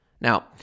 Now